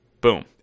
boom